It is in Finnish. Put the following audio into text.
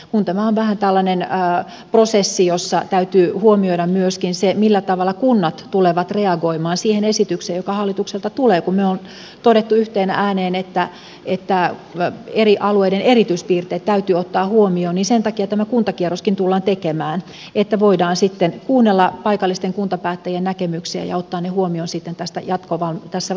kun tämä on vähän tällainen prosessi jossa täytyy huomioida myöskin se millä tavalla kunnat tulevat reagoimaan siihen esitykseen joka hallitukselta tulee kun me olemme todenneet yhteen ääneen että eri alueiden erityispiirteet täytyy ottaa huomioon niin sen takia tämä kuntakierroskin tullaan tekemään että voidaan sitten kuunnella paikallisten kuntapäättäjien näkemyksiä ja ottaa ne huomioon tässä jatkovalmistelussa